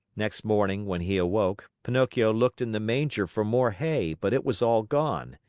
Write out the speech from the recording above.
next morning, when he awoke, pinocchio looked in the manger for more hay, but it was all gone.